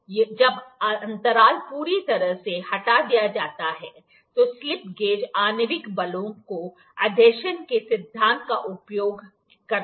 जब अंतराल पूरी तरह से हटा दिया जाता है तो स्लिप गेज आणविक बलों के अधेशन के सिद्धांत का उपयोग करता है